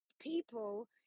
people